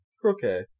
Croquet